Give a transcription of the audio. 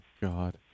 God